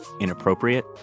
inappropriate